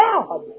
God